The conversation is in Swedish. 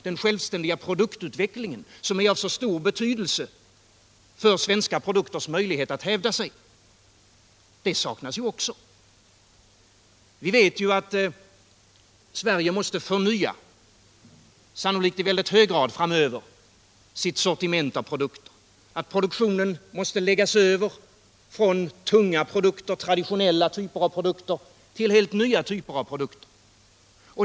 den självständiga produktutveckling som är av så stor betydelse för svenska produkters möjlighet att hävda sig. Vi vet att Sverige, sannolikt i väldigt hög grad framöver, måste förnya sitt sortiment av produkter. Produktionen måste läggas över från tunga traditionella produkter till helt nya typer av produkter.